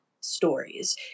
stories